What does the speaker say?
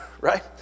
Right